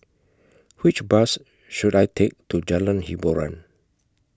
Which Bus should I Take to Jalan Hiboran